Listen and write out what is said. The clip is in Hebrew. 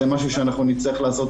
זה דבר שאני חושב שאנחנו נצטרך לעשות